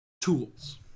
tools